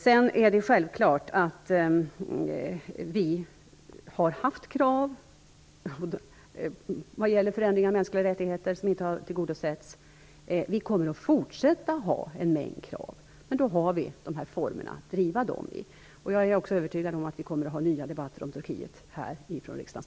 Sedan är det självklart så att vi har haft krav, som inte har tillgodosetts, på förändringar i fråga om de mänskliga rättigheterna. Vi kommer att fortsätta ha en mängd krav, och då har vi dessa former att driva dem på. Jag är övertygad om att vi kommer att ha nya debatter om Turkiet här i riksdagen.